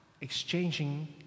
exchanging